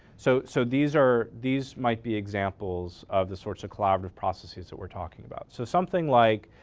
so so these are these might be examples of the sorts of collaborative processes that we're talking about. so something like,